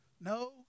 no